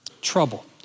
trouble